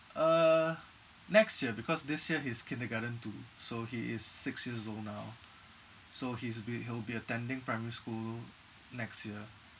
uh next year because this year he's kindergarten two so he is six years old now so he's be he'll be attending primary school next year